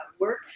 work